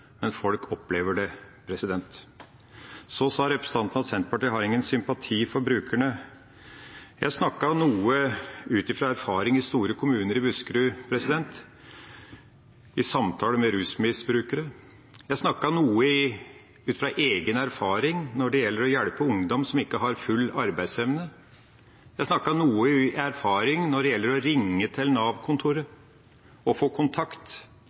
men folk opplever det. Representanten sa at Senterpartiet har ingen sympati for brukerne. Jeg snakket ut fra erfaring i store kommuner i Buskerud – fra samtaler med rusmisbrukere. Jeg snakket ut fra egen erfaring når det gjelder å hjelpe ungdom som ikke har full arbeidsevne. Jeg snakket ut fra erfaring når det gjelder å ringe til Nav-kontoret og få kontakt.